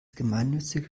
gemeinnützige